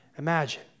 imagine